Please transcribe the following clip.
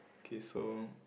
kay so